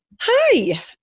Hi